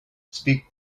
speak